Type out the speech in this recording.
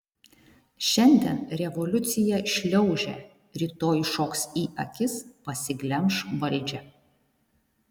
šiandien revoliucija šliaužia rytoj šoks į akis pasiglemš valdžią